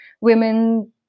women